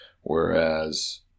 Whereas